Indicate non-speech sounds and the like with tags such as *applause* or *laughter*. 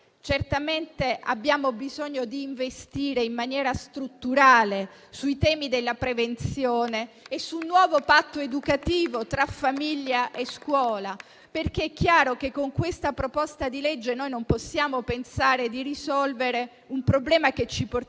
Certamente abbiamo bisogno di investire in maniera strutturale sui temi della prevenzione e su un nuovo patto educativo tra famiglia e scuola. *applause* È chiaro che con questa proposta di legge non possiamo pensare di risolvere un problema che ci portiamo